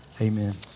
Amen